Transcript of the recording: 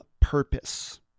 purpose